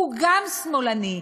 הוא גם שמאלני.